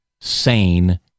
sane